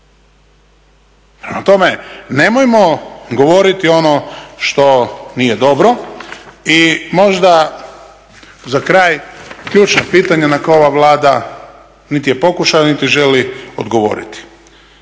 tome, nemojmo govoriti ono što nije dobro. I možda za kraj ključno pitanje na koje ova Vlada niti je pokušala, niti želi odgovoriti.